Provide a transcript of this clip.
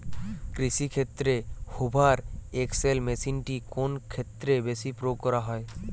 কৃষিক্ষেত্রে Hoover XL মেশিনটি কোন ক্ষেত্রে বেশি প্রয়োগ করা হয়?